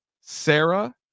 sarah